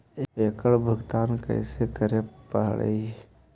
एकड़ भुगतान कैसे करे पड़हई?